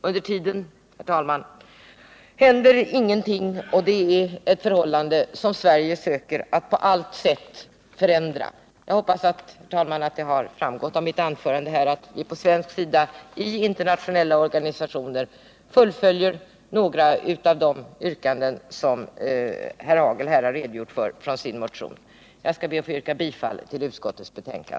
Under tiden, herr talman, händer ingenting, och detta är ett förhållande som Sverige söker att förändra. Jag hoppas att det har framgått av mitt anförande att vi från svensk sida i internationella organisationer fullföljer Nr 48 några av yrkandena i motionen som här diskuterats. Onsdagen den Jag ber att få yrka bifall till utskottets hemställan.